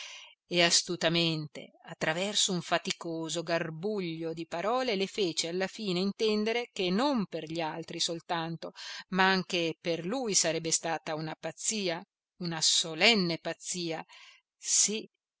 e astutamente attraverso un faticoso garbuglio di parole le fece alla fine intendere che non per gli altri soltanto ma anche per lui sarebbe stata una pazzia una solenne pazzia sì